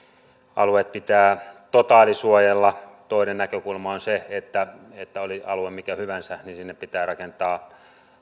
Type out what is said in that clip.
alueet pitää totaalisuojella toinen näkökulma on se että että oli alue mikä hyvänsä niin sinne pitää rakentaa